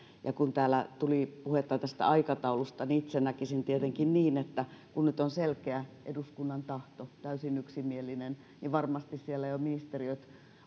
kun täällä tuli puhetta tästä aikataulusta niin itse näkisin tietenkin niin että kun nyt on selkeä eduskunnan tahto täysin yksimielinen niin varmasti ministeriöt jo